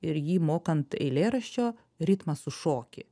ir jį mokant eilėraščio ritmą sušoki